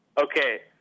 Okay